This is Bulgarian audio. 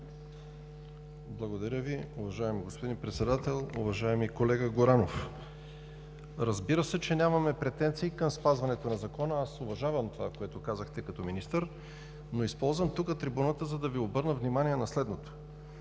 Благодаря Ви, Уважаеми господин Председател. Уважаеми колега Горанов, разбира се, че нямаме претенции към спазването на закона. Аз уважавам това, което казахте като министър, но използвам трибуната, за да Ви обърна внимание на следното.